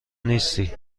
نیستی